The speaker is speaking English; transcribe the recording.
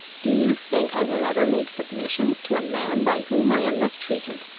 do you think i will ever make submissions to a man by whom i am thus treated,